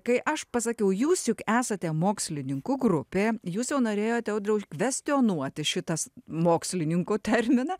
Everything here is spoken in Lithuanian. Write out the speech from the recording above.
kai aš pasakiau jūs juk esate mokslininkų grupė jūs jau norėjote audriau kvestionuoti šitas mokslininko terminą